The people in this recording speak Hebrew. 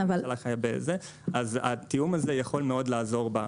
אז התיאום הזה יכול מאוד לעזור.